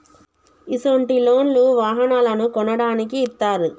ఇసొంటి లోన్లు వాహనాలను కొనడానికి ఇత్తారు